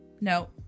No